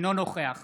אינו נוכח